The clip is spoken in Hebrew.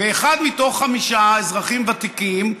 ואחד מתוך חמישה אזרחים ותיקים,